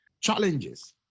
challenges